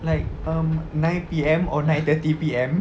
like um nine P_M or nine thirty P_M